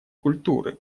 культуры